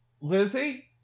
Lizzie